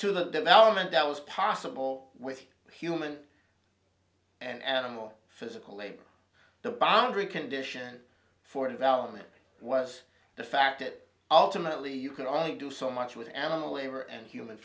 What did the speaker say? to the development that was possible with human and animal physical labor the boundary condition for development was the fact it ultimately you can only do so much with animal labor and human